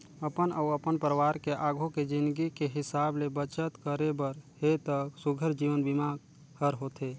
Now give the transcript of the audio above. अपन अउ अपन परवार के आघू के जिनगी के हिसाब ले बचत करे बर हे त सुग्घर जीवन बीमा हर होथे